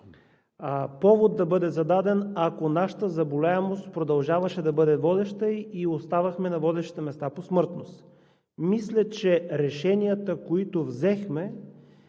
повод да бъде зададен, ако нашата заболеваемост продължаваше да бъде водеща и оставахме на водещите места по смъртност. Мисля, че решенията, които взехме,